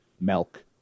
milk